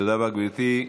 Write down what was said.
תודה רבה, גברתי.